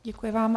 Děkuji vám.